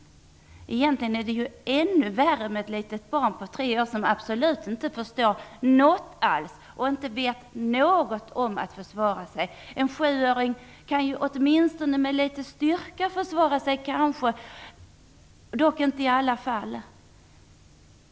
Det är ju egentligen ännu värre när det handlar om ett litet barn på tre år som absolut inte förstår något och vet något om att försvara sig. En sjuåring kan ju åtminstone försvara sig med litet styrka, dock inte i alla fall.